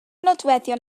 nodweddion